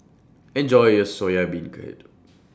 Enjoy your Soya Beancurd